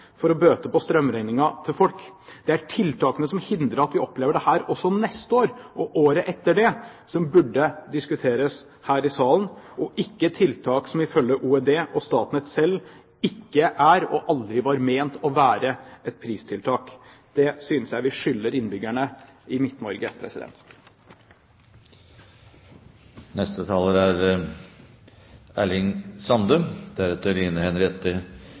for å bøte på strømregningen til folk. Det er tiltakene som hindrer at vi opplever dette også neste år, og året deretter, som burde diskuteres her i salen, ikke tiltak som ifølge Olje- og energidepartementet og Statnett selv ikke er, og aldri var ment å være, et pristiltak. Det synes jeg vi skylder innbyggerne i